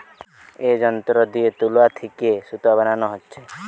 এ যন্ত্র দিয়ে তুলা থিকে সুতা বানানা হচ্ছে